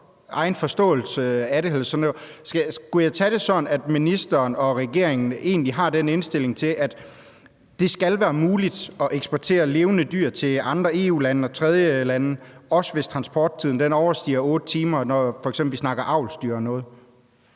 egen forståelse spørge: Skal jeg tage det sådan, at ministeren og regeringen egentlig har den indstilling, at det skal være muligt at eksportere levende dyr til andre EU-lande og tredjelande, også hvis transporttiden overstiger 8 timer, når vi f.eks. snakker avlsdyr eller noget?